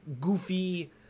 goofy